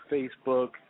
Facebook